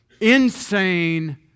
insane